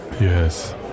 Yes